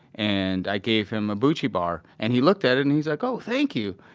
and i gave him a bucci bar. and he looked at it, and he's like, oh, thank you.